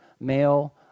male